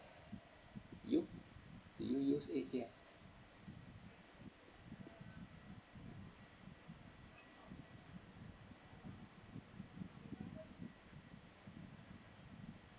you do you use A_T_M